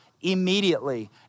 immediately